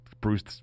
Bruce